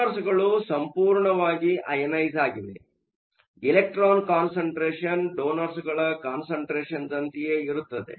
ಡೋನರ್ಸ್ಗಳು ಸಂಪೂರ್ಣವಾಗಿ ಅಐನೈಸ಼್ ಆಗಿವೆ ಆದ್ದರಿಂದ ಎಲೆಕ್ಟ್ರಾನ್ ಕಾನ್ಸಂಟ್ರೇಷನ್electron concentration ಡೋನರ್ಸ್ಗಳ ಎಲೆಕ್ಟ್ರಾನ್ ಕಾನ್ಸಂಟ್ರೇಷನ್electron concentrationದಂತಯೇ ಇರುತ್ತದೆ